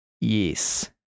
Yes